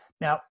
Now